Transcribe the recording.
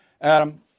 Adam